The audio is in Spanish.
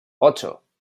ocho